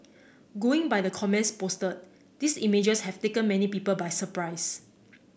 going by the comments posted these images have taken many people by surprise